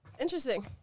Interesting